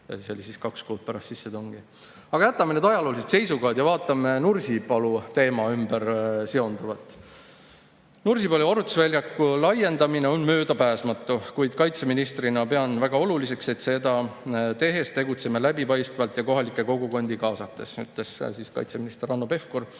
see oli siis kaks kuud pärast sissetungi. Aga jätame need ajaloolised seisukohad ja vaatame Nursipalu teemaga seonduvat. "Nursipalu harjutusvälja laiendamine on möödapääsmatu, kuid kaitseministrina pean väga oluliseks, et seda tehes tegutseme läbipaistvalt ja kohalikke kogukondi kaasates," ütles kaitseminister Hanno Pevkur